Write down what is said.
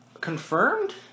confirmed